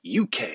UK